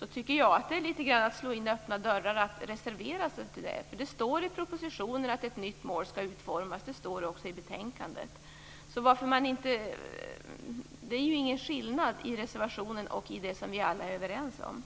Jag tycker att det är litet grand att slå in öppna dörrar att reservera sig. Det står i propositionen att ett nytt mål skall utformas. Det står också i betänkandet. Så det är ju ingen skillnad mellan reservationen och det som vi alla är överens om.